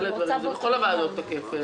זה תקף בכל הוועדות.